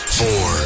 four